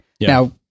Now